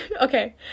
okay